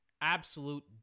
absolute